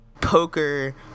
poker